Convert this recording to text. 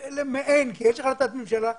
מעין, כי יש החלטת ממשלה.